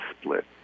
Split